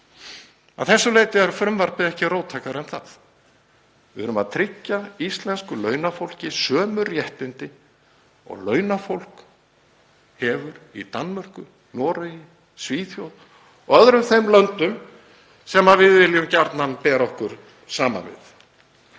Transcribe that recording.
Að þessu leyti er frumvarpið ekki róttækara en það. Við erum að tryggja íslensku launafólki sömu réttindi og launafólk hefur í Danmörku, Noregi, Svíþjóð og öðrum þeim löndum sem við viljum gjarnan bera okkur saman við.